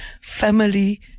Family